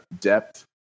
depth